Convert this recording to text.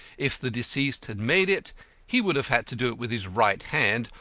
if the deceased had made it he would have had to do it with his right hand,